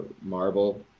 marble